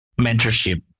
mentorship